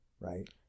right